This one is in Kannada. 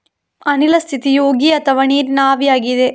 ಅನಿಲ ಸ್ಥಿತಿಯು ಉಗಿ ಅಥವಾ ನೀರಿನ ಆವಿಯಾಗಿದೆ